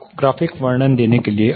आपको ग्राफिक वर्णन देने के लिए